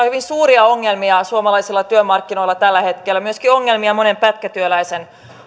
hyvin suuria ongelmia suomalaisilla työmarkkinoilla tällä hetkellä myöskin ongelmia monen pätkätyöläisen